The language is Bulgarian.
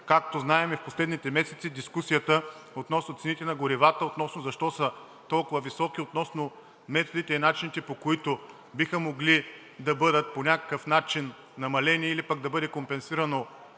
Както знаем, последните месеци дискусията относно цените на горивата, относно защо са толкова високи, относно методите и начините, по които биха могли да бъдат по някакъв начин намалени или пък да бъдат компенсирани